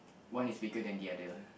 one is bigger than the other